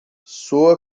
soa